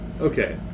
Okay